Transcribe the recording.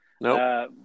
No